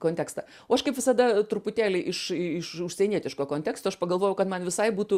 kontekstą o aš kaip visada truputėlį iš iš užsienietiško konteksto aš pagalvojau kad man visai būtų